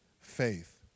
faith